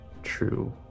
True